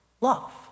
love